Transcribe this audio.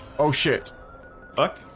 oh shit fuck